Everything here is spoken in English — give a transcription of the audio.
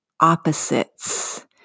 opposites